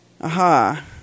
Aha